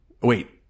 Wait